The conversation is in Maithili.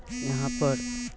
यहाँपर